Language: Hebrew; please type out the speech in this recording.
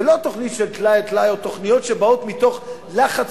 ולא תוכנית של טלאי על טלאי או תוכניות שבאות מתוך לחץ